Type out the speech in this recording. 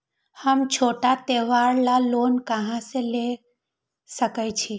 हम छोटा त्योहार ला लोन कहां से ले सकई छी?